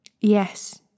Yes